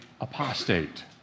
apostate